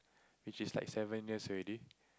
which is like seven years already